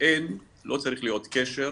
שאין ולא צריך להיות קשר,